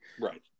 Right